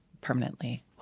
permanently